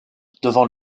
devant